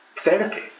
therapy